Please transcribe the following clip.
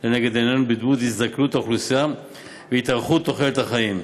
לנגד עינינו בדמות הזדקנות האוכלוסייה והתארכות תוחלת החיים,